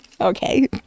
okay